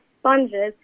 sponges